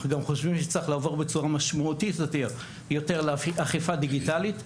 אנחנו גם חושבים שצריך לעבור בצורה משמעותית ליותר אכיפה דיגיטלית.